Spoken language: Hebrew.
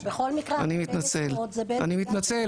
אני מתנצל,